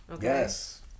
Yes